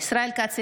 ישראל כץ,